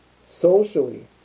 socially